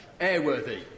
airworthy